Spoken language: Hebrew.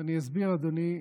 ואני אסביר, אדוני,